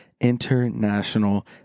international